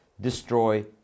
destroy